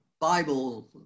Bible